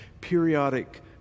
periodic